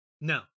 No